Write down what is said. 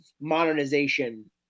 modernization